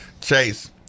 Chase